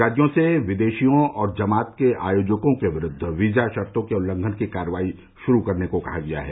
राज्यों से विदेशियों और जमात के आयोजकों के विरूद्व वीजा शर्तों के उल्लंघन की कार्रवाई शुरू करने को कहा गया है